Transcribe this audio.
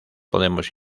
podemos